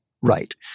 right